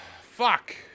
Fuck